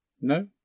No